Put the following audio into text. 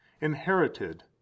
inherited